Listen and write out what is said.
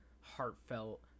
heartfelt